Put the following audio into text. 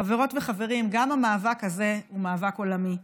חברות וחברים, גם המאבק הזה הוא מאבק עולמי.